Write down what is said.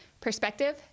perspective